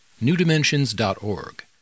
newdimensions.org